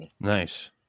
nice